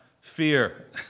fear